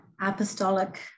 apostolic